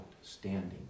outstanding